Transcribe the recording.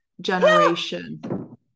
generation